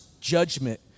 judgment